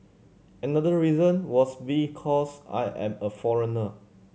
another reason was because I am a foreigner